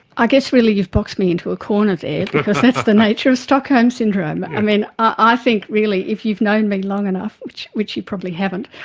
i guess really you've boxed me into a corner there, because that's the nature of stockholm syndrome. i mean, i think really, if you've known me long enough, which which you probably haven't,